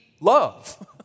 love